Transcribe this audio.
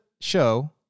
show